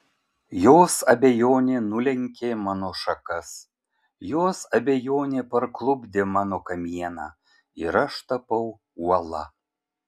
jos abejonė nulenkė mano šakas jos abejonė parklupdė mano kamieną ir aš tapau uola